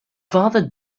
father